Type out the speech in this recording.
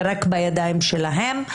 ורק בידיים שלהם,